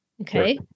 Okay